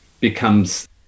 becomes